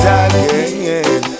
again